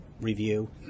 review